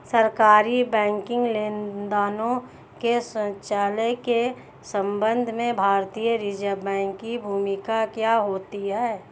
सरकारी बैंकिंग लेनदेनों के संचालन के संबंध में भारतीय रिज़र्व बैंक की भूमिका क्या होती है?